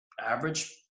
average